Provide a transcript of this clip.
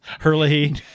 Hurley